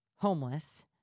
homeless